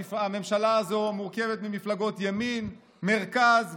הממשלה הזאת מורכבת ממפלגות ימין, מרכז ושמאל,